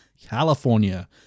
California